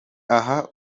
aha